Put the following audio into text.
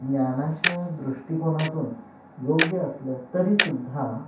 ज्ञानाच्या दृष्टिकोनातून योग्य असलं तरीसुद्धा